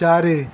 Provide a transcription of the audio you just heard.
ଚାରି